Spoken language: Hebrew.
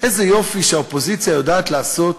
איזה יופי שהאופוזיציה יודעת לעשות